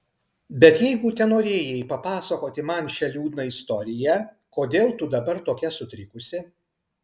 bet jeigu tenorėjai papasakoti man šią liūdną istoriją kodėl tu dabar tokia sutrikusi